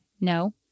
no